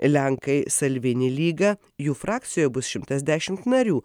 lenkai salvini lyga jų frakcijoje bus šimtas dešimt narių